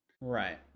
Right